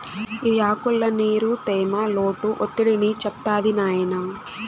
ఇది ఆకుల్ల నీరు, తేమ, లోటు ఒత్తిడిని చెప్తాది నాయినా